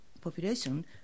population